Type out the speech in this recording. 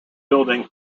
building